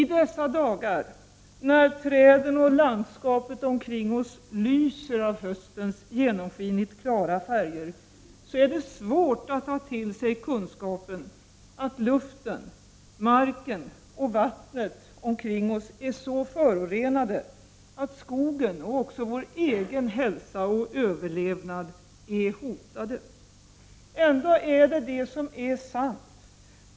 I dessa dagar, när träden och landskapet omkring oss lyser av höstens genomskinligt klara färger, är det svårt att ta till sig kunskapen att luften, marken och vattnet omkring oss är så förorenade att skogen och också vår egen hälsa och överlevnad är hotade. Ändå är det sant.